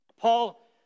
Paul